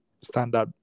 standard